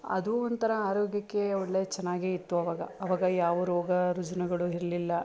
ಅದೂ ಒಂಥರ ಆರೋಗ್ಯಕ್ಕೆ ಒಳ್ಳೆ ಚೆನ್ನಾಗೇ ಇತ್ತು ಅವಾಗ ಅವಾಗ ಯಾವ ರೋಗ ರುಜಿನಗಳು ಇರ್ಲಿಲ್ಲ